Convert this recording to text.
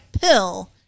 pill